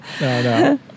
no